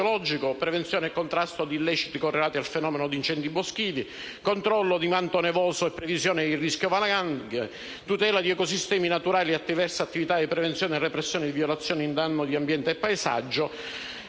prevenzione e il contrasto di illeciti correlati al fenomeno degli incendi boschivi, il controllo del manto nevoso e la previsione del rischio valanghe, la tutela degli ecosistemi naturali attraverso attività di prevenzione e repressione di violazioni in danno di ambiente e paesaggio,